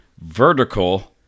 vertical